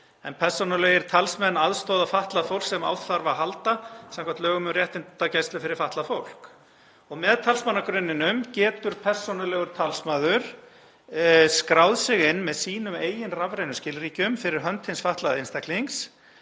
en persónulegir talsmenn aðstoða fatlað fólk sem á þarf að halda samkvæmt lögum um réttindagæslu fyrir fatlað fólk. Með talsmannagrunninum getur persónulegur talsmaður skráð sig inn með sínum eigin rafrænu skilríkjum fyrir hönd hins fatlaða einstaklings